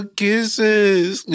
kisses